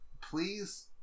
please